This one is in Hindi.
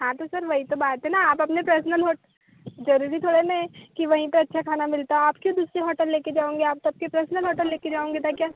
हाँ तो सर वही तो बात है न आप अपने पर्सनल होट जरूरी थोड़े न है कि वहीं पर अच्छा खाना मिलता हो आप क्यों दूसरे होटल ले कर जाओंगे आप तो आपके पर्सनल होटल ले कर जाओंगे ताकि आप